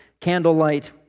candlelight